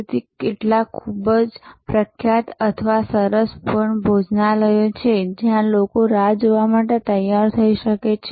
તેથી કેટલાક ખૂબ પ્રખ્યાત અથવા સરસ ભોજન ભોજનાલય છે જ્યાં લોકો રાહ જોવા માટે તૈયાર થઈ શકે છે